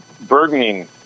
burdening